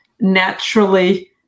naturally